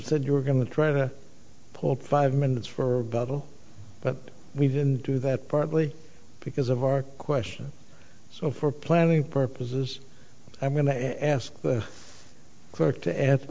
said you were going to try to pull five minutes for a bubble but we didn't do that partly because of our question so for planning purposes i'm going to ask the clerk to answer